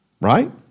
Right